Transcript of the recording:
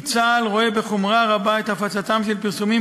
כי צה"ל רואה בחומרה רבה את הפצתם של פרסומים